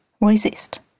resist